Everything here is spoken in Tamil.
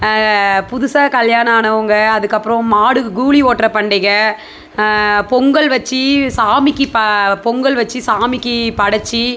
புதுசாக கல்யாணம் ஆனவங்கள் அதுக்கப்பறம் மாடு கூழி ஓட்டுற பண்டிகை பொங்கல் வச்சு சாமிக்கு ப பொங்கல் வச்சு சாமிக்கு படைச்சி